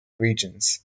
regions